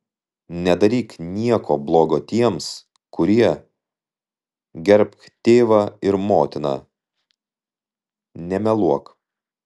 nedaryk nieko bloga tiems kurie gerbk tėvą ir motiną nemeluok